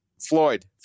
Floyd